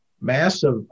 massive